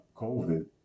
COVID